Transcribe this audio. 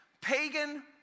pagan